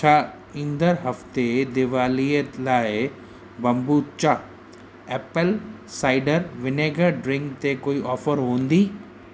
छा ईंदड़ हफ़्ते दीवालीअ लाइ kombucha apple cider vinegar drink ते कोई ऑफर हूंदी